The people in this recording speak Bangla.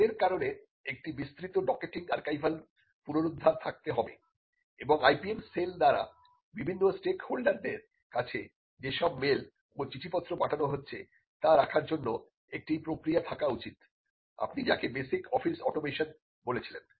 স্কেলের কারণে একটি বিস্তৃত ডকেটিং আর্কাইভাল পুনরুদ্ধার থাকতে হবে এবং IPM সেল দ্বারা বিভিন্ন স্টেকহোল্ডারদের কাছে যেসব মেল ও চিঠিপত্র পাঠানো হচ্ছে তা রাখার জন্য একটি প্রক্রিয়া থাকা উচিত আপনি যাকে বেসিক অফিস অটোমেশন বলেছিলেন